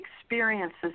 experiences